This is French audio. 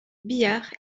billard